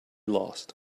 lost